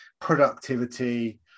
productivity